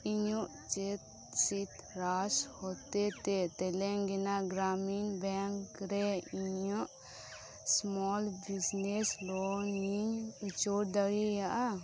ᱤᱧᱟᱹᱜ ᱪᱮᱫ ᱥᱤᱛᱨᱟᱥ ᱦᱚᱛᱮᱛᱮ ᱛᱮᱞᱮᱝᱜᱟᱱᱟ ᱜᱨᱟᱢᱤᱱ ᱵᱮᱝᱠ ᱨᱮ ᱤᱧᱟᱹᱜ ᱥᱢᱚᱞ ᱵᱤᱡᱱᱮᱥ ᱞᱳᱱ ᱤᱧ ᱩᱪᱟᱹᱲ ᱫᱟᱲᱮᱭᱟᱜᱼᱟ